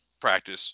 practice